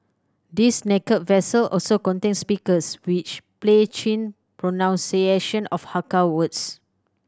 these naked vessels also contain speakers which play Chin pronunciation of Hakka words